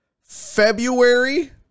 February